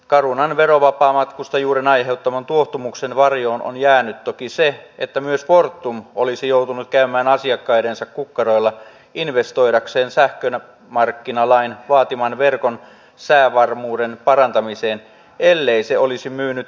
carunan verovapaamatkustajuuden aiheuttaman tuohtumuksen varjoon on jäänyt toki se että myös fortum olisi joutunut käymään asiakkaidensa kukkarolla investoidakseen sähkömarkkinalain vaatiman verkon säävarmuuden parantamiseen ellei se olisi myynyt sähkönsiirtotoimintaansa